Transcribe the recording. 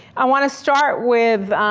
i want to start with,